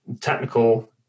technical